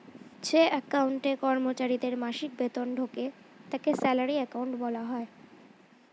যে অ্যাকাউন্টে কর্মচারীদের মাসিক বেতন ঢোকে তাকে স্যালারি অ্যাকাউন্ট বলা হয়